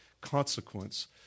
consequence